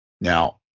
Now